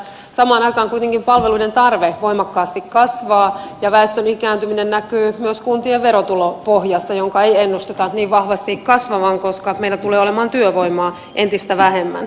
samaan aikaan kuitenkin palveluiden tarve voimakkaasti kasvaa ja väestön ikääntyminen näkyy myös kuntien verotulopohjassa jonka ei ennusteta niin vahvasti kasvavan koska meillä tulee olemaan työvoimaa entistä vähemmän